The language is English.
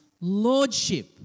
lordship